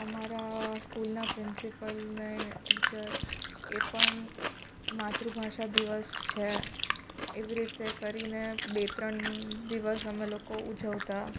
અમારા સ્કૂલના પ્રિન્સીપલ ને ટીચર એ પણ માતૃભાષા દિવસ છે એવી રીતે કરીને બે ત્રણ દિવસ અમે લોકો ઉજવતા